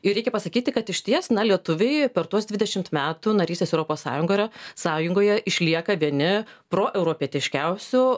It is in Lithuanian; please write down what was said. ir reikia pasakyti kad išties na lietuviui per tuos dvidešimt metų narystės europos sąjungoj yra sąjungoje išlieka vieni proeuropietiškiausių